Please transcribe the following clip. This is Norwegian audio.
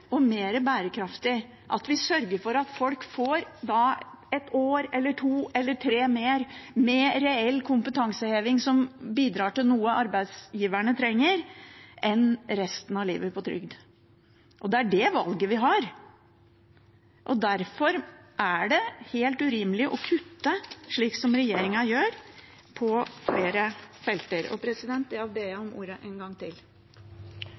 og mer bærekraftig at vi sørger for at folk får et år eller to eller tre mer med reell kompetanseheving som bidrar til noe arbeidsgiverne trenger, enn at de går resten av livet på trygd. Det er det valget vi har. Derfor er det helt urimelig å kutte, slik regjeringen gjør på flere felter. Jeg vil be om ordet en gang til.